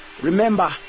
remember